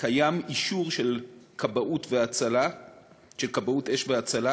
יש אישור של כבאות אש והצלה.